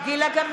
(קוראת בשמות חברי הכנסת) גילה גמליאל,